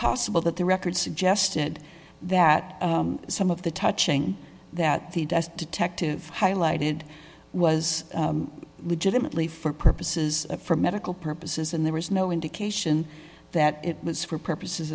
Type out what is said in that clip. possible that the records suggested that some of the touching that the detective highlighted was legitimately for purposes for medical purposes and there was no indication that it was for purposes